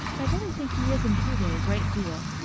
i really think he is improving a great deal.